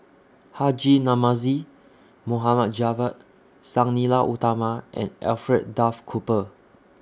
Haji Namazie Mohd Javad Sang Nila Utama and Alfred Duff Cooper